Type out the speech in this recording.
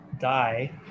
die